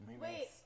Wait